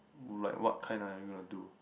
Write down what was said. like what kind are you gonna do